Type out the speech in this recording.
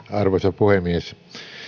arvoisa puhemies